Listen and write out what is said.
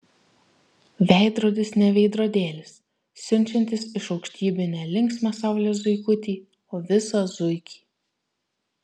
veidrodis ne veidrodėlis siunčiantis iš aukštybių ne linksmą saulės zuikutį o visą zuikį